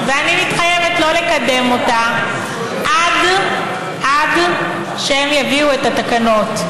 ואני מתחייבת שלא לקדם אותה עד שהם יביאו את התקנות.